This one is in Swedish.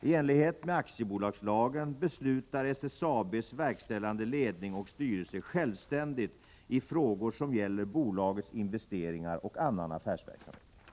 I enlighet med aktiebolagslagen beslutar SSAB:s verkställande ledning och styrelse självständigt i frågor som gäller bolagets investeringar och annan affärsverksamhet.